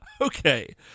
Okay